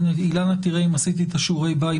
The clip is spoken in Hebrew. אילנה תראה אם עשיתי את שיעורי הבית,